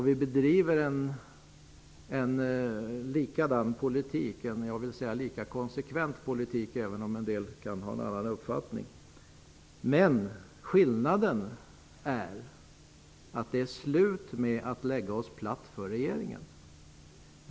Vi bedriver en lika konsekvent politik nu som tidigare -- även om en del kan ha en annan uppfattning på den punkten. Skillnaden är att det är slut med att lägga oss platt för regeringen.